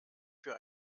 für